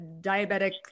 diabetic